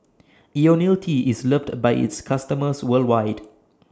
Ionil T IS loved By its customers worldwide